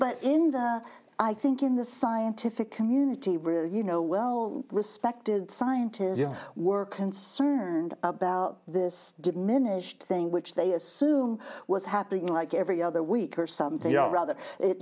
but in the i think in the scientific community where you know well respected scientists were concerned about this diminished thing which they assume was happening like every other week or something yeah rather it